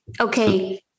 okay